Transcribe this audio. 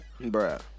bruh